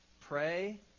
Pray